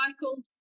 Cycles